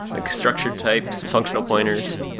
like structured types, functional pointers,